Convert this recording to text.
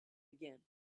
again